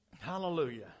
Hallelujah